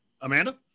Amanda